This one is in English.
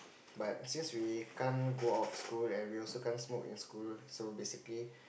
but since we can't go out of school and we also can't smoke in school so basically